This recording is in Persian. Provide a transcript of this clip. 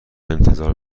انتظار